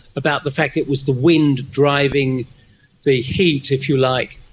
about the fact it was the wind driving the heat, if you like,